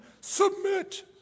submit